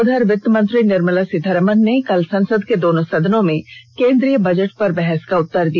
उधर वित्तमंत्री निर्मला सीतारमण ने कल संसद के दोनों सदनों में केन्द्रीय बजट पर बहस का उत्तर दिया